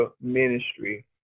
ministry